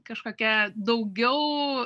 kažkokia daugiau